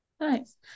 Nice